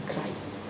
Christ